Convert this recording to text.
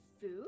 food